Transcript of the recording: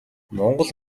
монгол